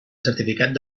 certificat